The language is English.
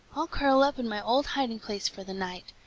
i'll curl up in my old hiding-place for the night.